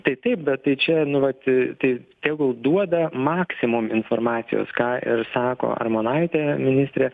tai taip bet tai čia nu vat tai tegul duoda maksimum informacijos ką ir sako armonaitė ministrė